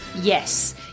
Yes